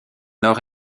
nord